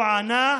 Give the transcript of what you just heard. הוא ענה: